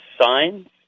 sign